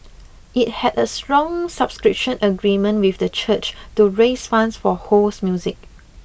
it had a bond subscription agreement with the church to raise funds for Ho's music